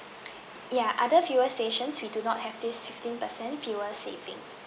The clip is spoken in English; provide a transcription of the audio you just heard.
yeah other fuel stations we do not have this fifteen percent fuel saving